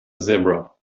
zebra